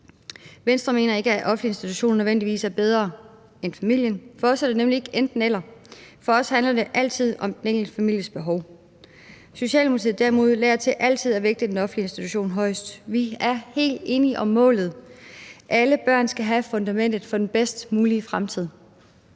Venstre mener ikke, at offentlige institutioner nødvendigvis er bedre end familien. For os er det nemlig ikke et enten-eller; for os handler det altid om den enkelte families behov. Socialdemokratiet derimod lader til altid at vægte den offentlige institution højest. Vi er helt enige om målet – alle børn skal have fundamentet for den bedst mulige fremtid